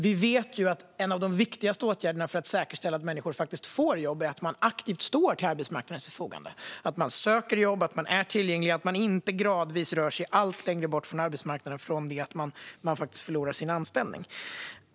Vi vet att en av de viktigaste åtgärderna för att säkerställa att människor får jobb är att man aktivt står till arbetsmarknadens förfogande, att man söker jobb, att man är tillgänglig och att man inte gradvis rör sig allt längre bort från arbetsmarknaden från det att man förlorar sin anställning.